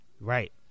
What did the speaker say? Right